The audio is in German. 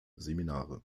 seminare